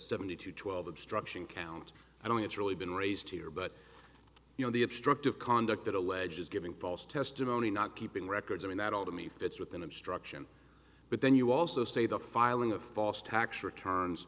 seventy two twelve obstruction count and only it's really been raised here but you know the obstructive conduct that alleges giving false testimony not keeping records i mean that all to me fits with an obstruction but then you also state a filing a false tax returns